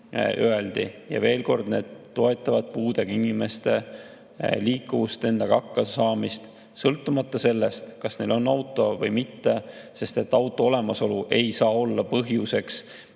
need [toetused] toetavad puudega inimeste liikuvust, endaga hakkamasaamist, sõltumata sellest, kas neil on auto või mitte, sest auto olemasolu ei saa olla põhjuseks,